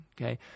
okay